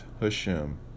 Hashem